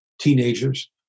teenagers